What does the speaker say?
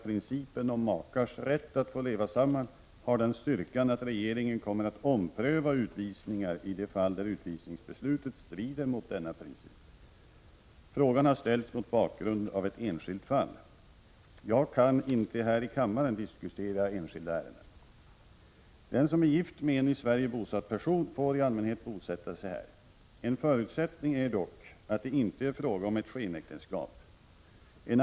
Principen om makars rätt att bo och leva tillsammans torde ha ett allmänt stöd i Sverige. Ibland fattar myndigheter beslut som uppenbarligen strider mot denna rättsuppfattning. Möäsläm Demir har utvisats från Sverige. Demir är sedan ett år tillbaka gift med Rita Mörtlund. Han håller sig nu gömd för att undvika att utvisningsbeslutet verkställs.